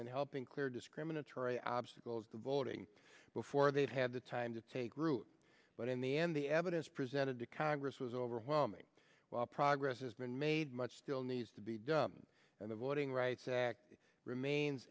in helping clear discriminatory obstacles to voting before they've had the time to take root but in the end the evidence presented to congress was overwhelming while progress has been made much still needs to be done and the voting rights act remains